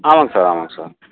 ஆமாங்க சார் ஆமாங்க சார்